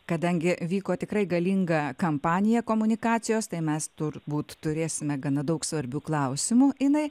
kadangi vyko tikrai galinga kampanija komunikacijos tai mes turbūt turėsime gana daug svarbių klausimų inai